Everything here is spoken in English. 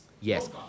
Yes